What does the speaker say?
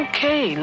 Okay